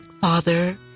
Father